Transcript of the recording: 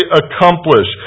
accomplish